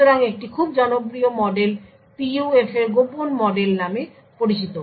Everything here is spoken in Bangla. সুতরাং একটি খুব জনপ্রিয় মডেল PUF এর গোপন মডেল নামে পরিচিত